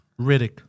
Riddick